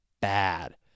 bad